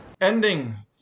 Ending